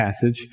passage